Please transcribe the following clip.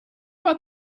about